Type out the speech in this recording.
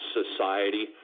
society